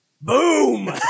Boom